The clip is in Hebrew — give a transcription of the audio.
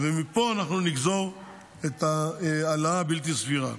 ומפה אנחנו נגזור את ההעלאה הבלתי-סבירה.